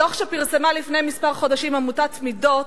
בדוח שפרסמה לפני כמה חודשים עמותת "מידות",